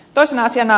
toisena asiana